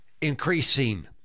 increasing